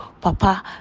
papa